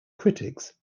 critics